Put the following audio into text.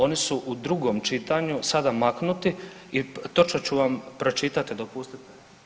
Oni su u drugom čitanju sada maknuti i točno ću vam pročitati, dopustite.